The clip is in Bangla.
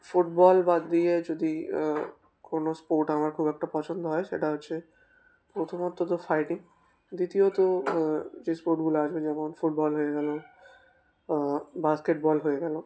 ফুটবল বাদ দিয়ে যদি কোনো স্পোর্ট আমার খুব একটা পছন্দ হয় সেটা হচ্ছে প্রথমত তো ফাইটিং দ্বিতীয়ত যে স্পোর্টগুলো আসবে যেমন ফুটবল হয়ে গেল বাস্কেটবল হয়ে গেল